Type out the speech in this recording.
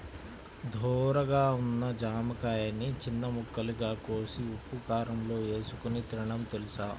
ధోరగా ఉన్న జామకాయని చిన్న ముక్కలుగా కోసి ఉప్పుకారంలో ఏసుకొని తినడం తెలుసా?